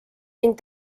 ning